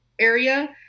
area